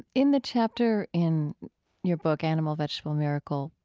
in the chapter in your book animal, vegetable, miracle,